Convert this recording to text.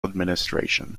administration